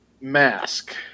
Mask